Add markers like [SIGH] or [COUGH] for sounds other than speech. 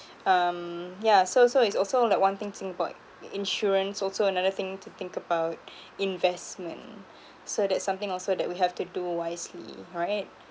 um yeah so so it's also like one thing think about insurance also another thing to think about [BREATH] investment [BREATH] so that's something also that we have to do wisely right